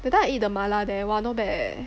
that time I eat the mala there !wah! not bad leh